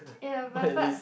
ya but but